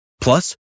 Plus